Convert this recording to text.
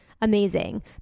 amazing